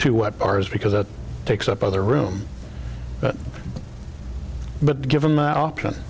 to what ours because it takes up other room but given the option